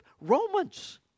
Romans